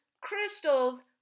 crystals